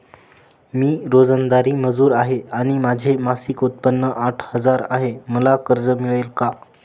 मी रोजंदारी मजूर आहे आणि माझे मासिक उत्त्पन्न आठ हजार आहे, मला कर्ज मिळेल का?